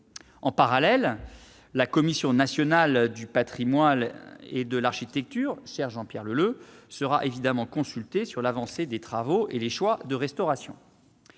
En parallèle, la Commission nationale du patrimoine et de l'architecture, la CNPA, sera évidemment consultée sur l'avancée des travaux et les choix de restauration.